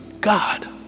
God